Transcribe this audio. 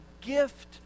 gift